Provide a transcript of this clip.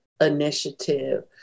initiative